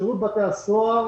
שירות בתי הסוהר